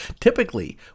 typically